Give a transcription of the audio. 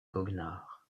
goguenard